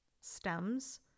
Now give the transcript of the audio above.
stems